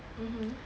mmhmm